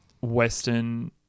Western